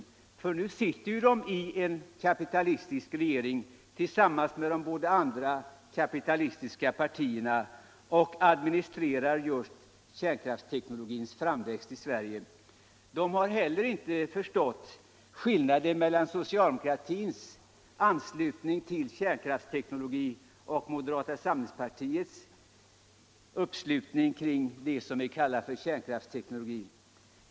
Nu sitter partiet i en regering ullsammans med de båda andra kapitalistiska partierna och administrerar just kärnkraftsteknologins framväxt i Sverige! Centerpartisterna har heller inte förstått skillnaden mellan socialdemokratins anslutning till kärnkraftsteknologin och moderata samlingspartiets uppslutning kring det som de kaltar för kärnkraftsteknologi.